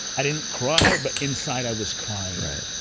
i didn't cry, but inside i was crying right.